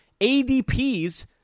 ADPs